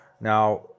Now